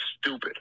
stupid